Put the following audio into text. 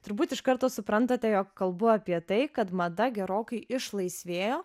turbūt iš karto suprantate jog kalbu apie tai kad mada gerokai išlaisvėjo